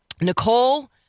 Nicole